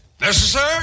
Necessary